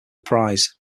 prize